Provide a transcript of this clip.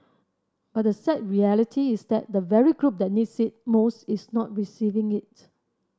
but the sad reality is that the very group that needs it most is not receiving it